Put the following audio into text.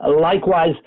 Likewise